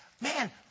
man